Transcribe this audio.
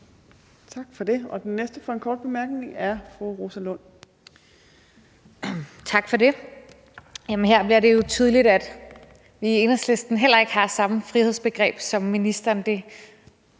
Tak for det. Og den næste for en kort bemærkning er fru Rosa Lund. Kl. 15:20 Rosa Lund (EL): Tak for det. Her bliver det jo tydeligt, at vi i Enhedslisten heller ikke har samme frihedsbegreb som ministeren. Det